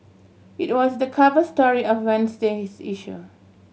it was the cover story of Wednesday's issue